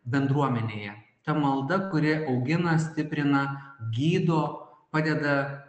bendruomenėje ta malda kuri augina stiprina gydo padeda